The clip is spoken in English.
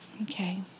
Okay